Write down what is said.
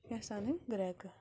کیٛاہ چھَس اَنٛنۍ گرکہٕ